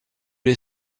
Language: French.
les